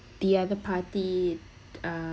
the other party err